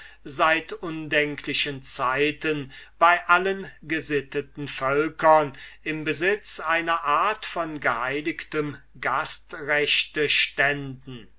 seit undenklichen zeiten bei allen gesitteten völkern im besitz einer art von geheiligtem gastrechte stünden